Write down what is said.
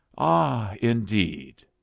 ah, indeed!